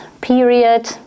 period